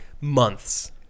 Months